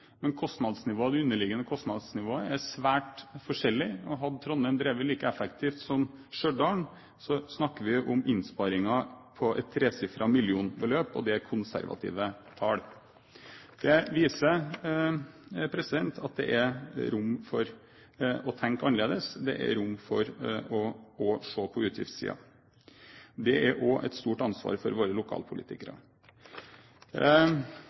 men det underliggende kostnadsnivået er svært forskjellig. Hadde Trondheim drevet like effektivt som Stjørdal, snakker vi om innsparinger av et tresifret millionbeløp – og det er konservative tall. Det viser at det er rom for å tenke annerledes, det er rom for å se på utgiftssiden. Det er også et stort ansvar for våre lokalpolitikere.